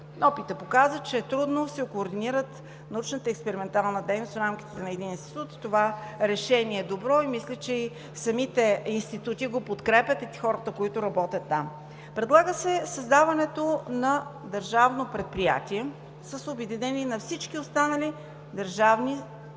Опитът показа, че трудно се координират научната и експериментална дейност в рамките на един институт. Това решение е добро и мисля, че и самите институти го подкрепят и хората, които работят там. Предлага се създаването на държавно предприятие с обединение на всички останали държавни предприятия,